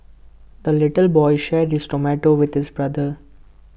the little boy shared this tomato with this brother